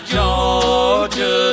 Georgia